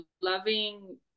loving